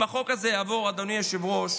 אם החוק הזה יעבור, אדוני היושב-ראש.